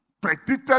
predicted